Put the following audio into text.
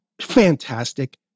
Fantastic